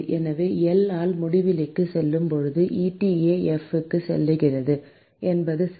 எனவே L ஆனது முடிவிலிக்கு செல்லும் போது eta f 0 க்கு செல்கிறது என்பது சரி